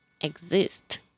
exist